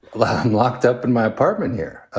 locked and locked up in my apartment here.